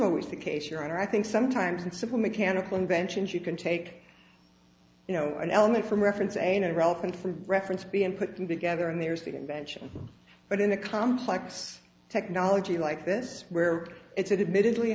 always the case your honor i think sometimes in simple mechanical inventions you can take you know an element from reference and irrelevant for reference b and put them together and there's the invention but in a complex technology like this where it's an admitted